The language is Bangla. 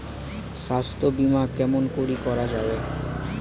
স্বাস্থ্য বিমা কেমন করি করা যাবে?